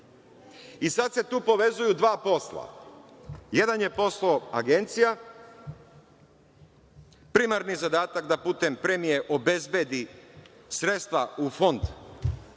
Sada se tu povezuju dva posla. Jedan je posao agencija, primarni zadatak da putem premije obezbedi sredstva u Fond